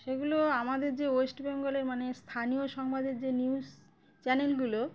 সেগুলো আমাদের যে ওয়েস্ট বেঙ্গলের মানে স্থানীয় সংবাদের যে নিউজ চ্যানেলগুলো